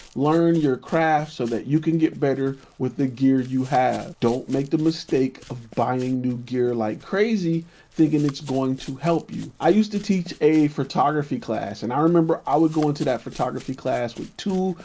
learn your craft so that you can get better with the gear you have. don't make the mistake of buying new gear like crazy thinking it's going to help you. i used to teach a photography class and i remember i would go into that photography class with two,